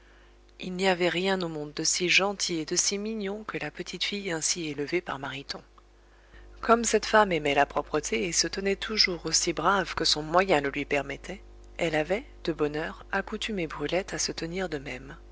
il n'y avait rien au monde de si gentil et de si mignon que la petite fille ainsi élevée par mariton comme cette femme aimait la propreté et se tenait toujours aussi brave que son moyen le lui permettait elle avait de bonne heure accoutumé brulette à se tenir de même